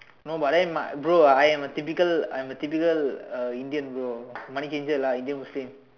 no but then my bro I am typical I am a typical uh Indian bro money changer lah Indian Muslim